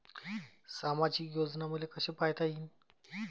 सामाजिक योजना मले कसा पायता येईन?